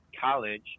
college